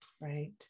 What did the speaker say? Right